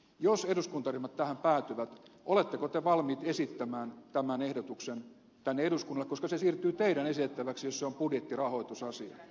jos eduskuntaryhmät tähän päätyvät oletteko te valmiit esittämään tämän ehdotuksen tänne eduskunnalle koska se siirtyy teidän esitettäväksenne jos se on budjettirahoitusasia